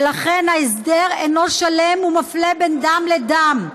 ולכן, ההסדר אינו שלם ומפלה בין דם לדם,